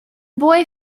boy